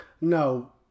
No